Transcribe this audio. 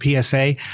PSA